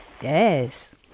Yes